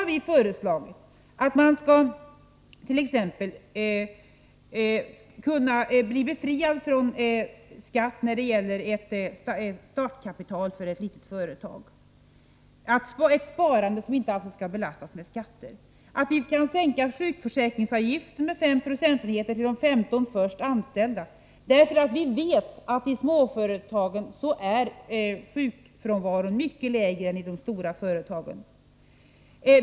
Vi har föreslagit att man exempelvis skall kunna bli befriad från skatt när det gäller sparande till startkapital för ett litet företag — ett sparande som inte skall belastas med skatt. Vi har föreslagit att man skall sänka sjukförsäkringsavgiften med 5 procentenheter för de 15 första anställda, därför att vi vet att sjukfrånvaron är mycket lägre i småföretagen än i de stora företagen.